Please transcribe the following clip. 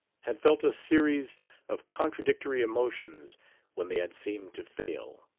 had felt a series of contradictory emotions when they had seemed to fail.